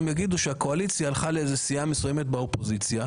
יגידו שהקואליציה הלכה לאיזו סיעה מסוימת באופוזיציה,